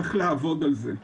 צריך לעבוד על זה.